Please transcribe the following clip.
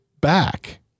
back